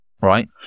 Right